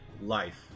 life